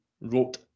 wrote